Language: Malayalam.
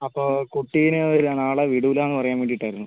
അപ്പോൾ കുട്ടീനെ നാളെ വിടൂലാന്ന് പറയാൻ വേണ്ടീട്ടായിരുന്നു